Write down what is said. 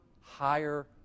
higher